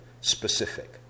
specific